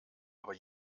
aber